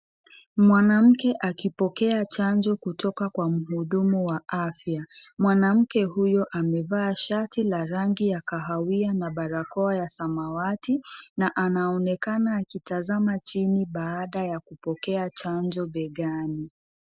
Mwanamke akipokea chanjo kutoka kwa mhudumu wa afya, mwanamke huyu amevaa shati la rangi ya kahawia na barakoa ya samawati na anaonekana akitazama chini baadha ya kupokea chanjo begani.